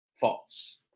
false